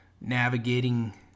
navigating